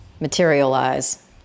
materialize